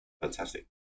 fantastic